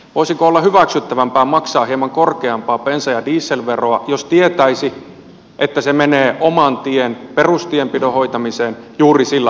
voisiko olla hyväksyttävämpää maksaa hieman korkeampaa bensa ja dieselveroa jos tietäisi että se menee oman tien perustienpidon hoitamiseen juuri sillä alueella